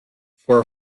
for